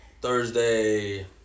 Thursday